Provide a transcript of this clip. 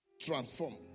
transform